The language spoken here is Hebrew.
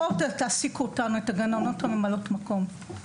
תעסיקו אותנו, את הגננות הממלאות מקום,